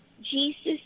Jesus